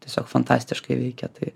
tiesiog fantastiškai veikia tai